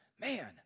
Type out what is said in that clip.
Man